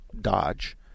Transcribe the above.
Dodge